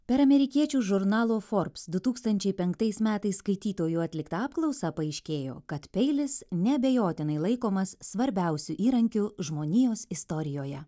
per amerikiečių žurnalo forbs du tūkstančiai penktais metais skaitytojų atliktą apklausą paaiškėjo kad peilis neabejotinai laikomas svarbiausiu įrankiu žmonijos istorijoje